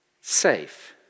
safe